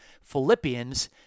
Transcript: Philippians